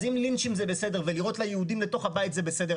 אז אם לינצ'ים זה בסדר ולירות ליהודים לתוך הבית זה בסדר,